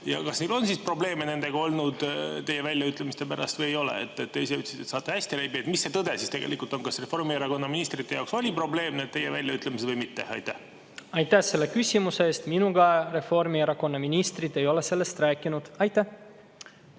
Kas teil on siis probleeme nendega olnud teie väljaütlemiste pärast või ei ole? Te ise ütlesite, et saate hästi läbi. Mis see tõde siis tegelikult on – kas Reformierakonna ministrite jaoks on olnud probleemiks need teie väljaütlemised või mitte? Aitäh selle küsimuse eest! Minuga Reformierakonna ministrid ei ole sellest rääkinud. Aitäh